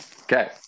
Okay